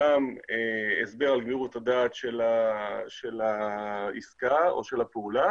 גם הסבר על גמירות הדעת של העסקה או של הפעולה